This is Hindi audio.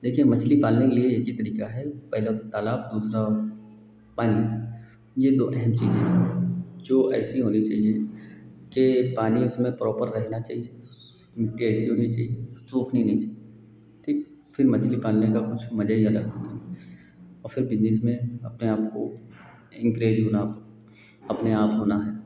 देखिए मछली पालने के लिए एक ही तरीका है पहले तालाब खोदना और पानी यह दो तीन चीज़ें हैं जो ऐसी होनी चहिए कि पानी उसमें प्रॉपर रहना चाहिए मिट्टी ऐसी होनी चाहिए जो सूखनी नहीं चाहिए ठीक मछली पालने का कुछ मज़ा ही अलग है और फिर बिज़नेस में अपने आपको इन्क्रेज बनाओ अपने आप होना है